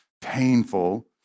painful